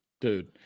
dude